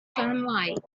sunlight